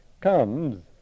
comes